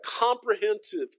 comprehensive